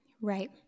Right